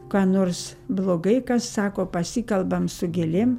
ką nors blogai kas sako pasikalbam su gėlėm